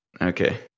okay